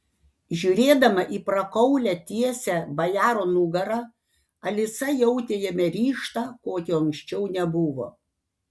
žiūrėdama į prakaulią tiesią bajaro nugarą alisa jautė jame ryžtą kokio anksčiau nebuvo